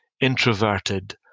introverted